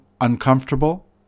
uncomfortable